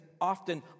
often